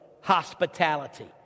hospitality